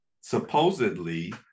supposedly